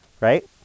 right